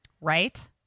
Right